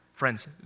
Friends